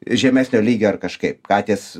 žemesnio lygio ar kažkaip katės